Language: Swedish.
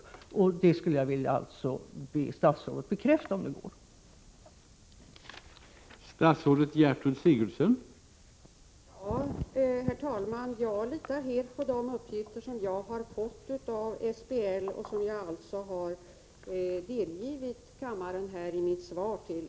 Om en utredning Detta skulle jag vilja be statsrådet om möjligt bekräfta.